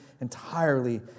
entirely